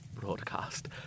broadcast